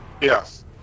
Yes